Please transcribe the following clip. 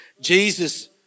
Jesus